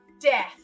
death